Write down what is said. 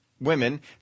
women